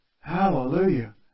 Hallelujah